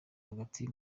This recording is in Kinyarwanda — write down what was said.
hagati